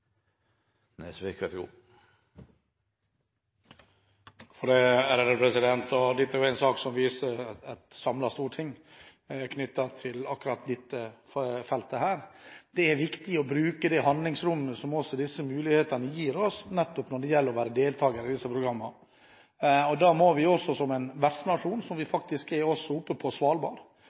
Dette er en sak som viser et samlet storting på dette feltet. Det er viktig å bruke det handlingsrommet som disse mulighetene gir oss når det gjelder å være deltaker i disse programmene. Da må vi som vertsnasjon, som vi faktisk er på Svalbard